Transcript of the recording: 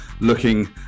looking